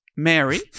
Mary